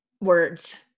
Words